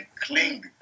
cling